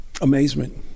amazement